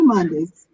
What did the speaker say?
Mondays